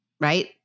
right